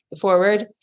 forward